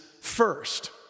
first